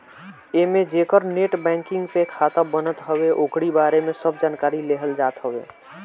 एमे जेकर net banking पे खाता बनत हवे ओकरी बारे में सब जानकारी लेहल जात हवे